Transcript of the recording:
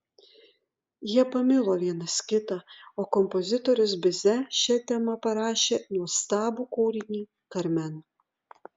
jie pamilo vienas kitą o kompozitorius bize šia tema parašė nuostabų kūrinį karmen